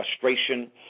frustration